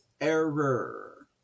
error